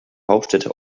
hauptstädte